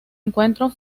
encuentro